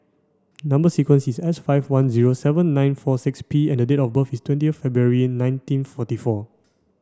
number sequence is S five one zero seven nine four six P and date of birth is twenty February nineteen forty four